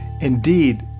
Indeed